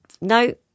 no